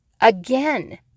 again